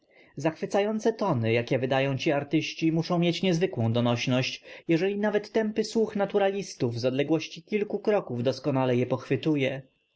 zachwycające tony jakie wydają ci artyści muszą mieć niezwykłą donośność jeśli nawet tępy słuch naturalistów z odległości kilku kroków doskonale je